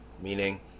meaning